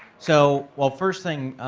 so well first thing,